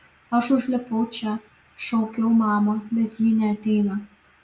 aš užlipau čia šaukiau mamą bet ji neateina